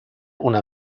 una